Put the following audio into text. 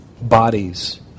Bodies